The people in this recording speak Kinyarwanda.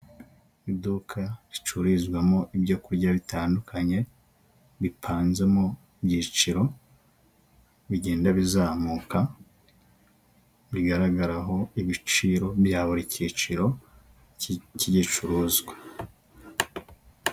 Iduka ricururizwamo ibyo kurya bitandukanye, bipanze mu byiciro bigenda bizamuka bigaragaraho ibiciro bya buri cyiciro cy'igicuruzwa.